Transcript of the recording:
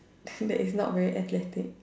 that is not very athletic